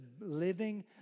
living